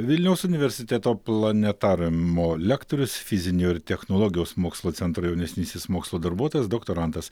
vilniaus universiteto planetariumo lektorius fizinių ir technologijos mokslų centro jaunesnysis mokslo darbuotojas doktorantas